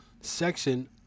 section